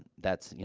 that's you